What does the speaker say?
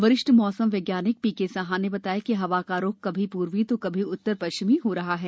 वरिष्ठ मौसम वैज्ञानिक पीके साहा ने बताया कि हवा का रुख कभी पूर्वी तो कभी उत्तर पश्चिमी हो रहा है